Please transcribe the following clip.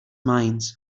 minds